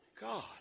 God